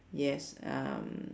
yes um